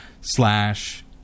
slash